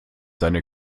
seine